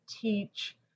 teach